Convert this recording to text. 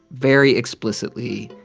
very explicitly,